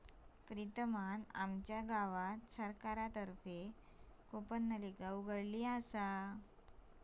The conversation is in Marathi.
प्रीतम ने आमच्या गावात सरकार तर्फे कूपनलिका उघडत आहे